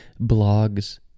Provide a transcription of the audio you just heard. blogs